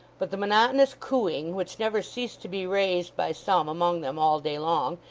but the monotonous cooing, which never ceased to be raised by some among them all day long,